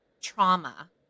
trauma